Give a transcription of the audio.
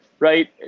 Right